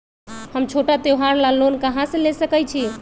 हम छोटा त्योहार ला लोन कहां से ले सकई छी?